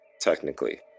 technically